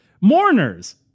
Mourners